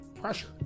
pressure